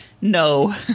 no